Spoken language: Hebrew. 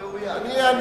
ראויה.